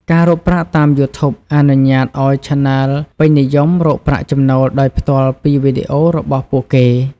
ការរកប្រាក់តាម YouTube អនុញ្ញាតឱ្យឆានែលពេញនិយមរកប្រាក់ចំណូលដោយផ្ទាល់ពីវីដេអូរបស់ពួកគេ។